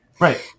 right